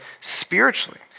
spiritually